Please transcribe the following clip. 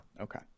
Okay